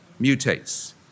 mutates